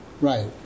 right